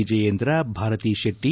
Vijayendra Bharathi Shetty